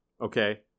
Okay